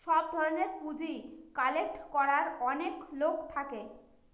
সব ধরনের পুঁজি কালেক্ট করার অনেক লোক থাকে